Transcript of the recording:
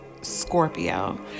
Scorpio